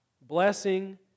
Blessing